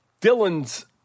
Dylan's